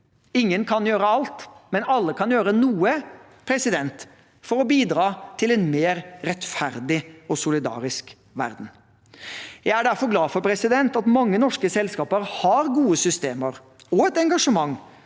Ingen kan gjøre alt, men alle kan gjøre noe for å bidra til en mer rettferdig og solidarisk verden. Jeg er derfor glad for at mange norske selskaper har gode systemer og et engasjement